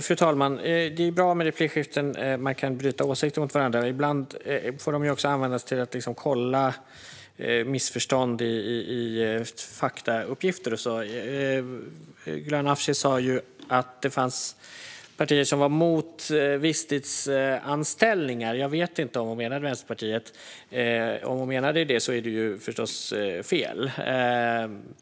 Fru talman! Det är bra med replikskiften där man kan bryta åsikter mot varandra. Ibland får de också användas till att kolla missförstånd i faktauppgifter. Gulan Avci sa att det finns partier som är emot visstidsanställningar. Jag vet inte om hon menade Vänsterpartiet. Om hon menade det är det förstås fel.